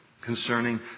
concerning